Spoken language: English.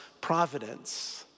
providence